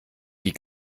die